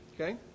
Okay